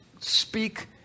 speak